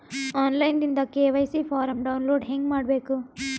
On line ದಿಂದ KYC form download ಹೇಂಗ ಮಾಡಬೇಕು?